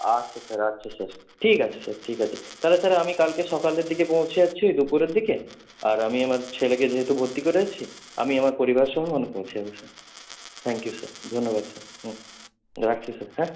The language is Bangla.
আচ্ছা স্যার আচ্ছা স্যার ঠিক আছে স্যার ঠিক আছে তাহলে স্যার আমি কালকে সকালের দিকে পৌঁছে যাচ্ছি দুপুরের দিকে আর আমি আমার ছেলেকে যেহেতু ভর্তি করেছি আমি আমার পরিবারসহ ওখানে পৌঁছে যাব স্যার থ্যাংক ইউ স্যার ধন্যবাদ স্যার হুম রাখছি স্যার হ্যাঁ